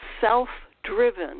self-driven